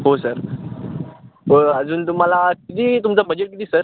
हो सर हो अजून तुम्हाला किती तुमचं बजेट किती सर